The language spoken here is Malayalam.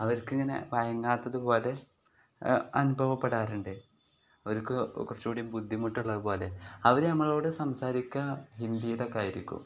അവർക്ക് ഇങ്ങനെ വഴങ്ങാത്തത് പോലെ അനുഭവപ്പെടാറുണ്ട് അവർക്ക് കുറച്ച് കൂടി ബുദ്ധിമുട്ടുള്ളത് പോലെ അവർ നമ്മളോട് സംസാരിക്കാൻ ഹിന്ദിയിലൊക്കെ ആയിരിക്കും